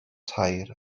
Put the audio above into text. tair